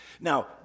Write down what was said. Now